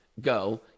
go